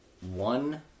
One